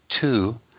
two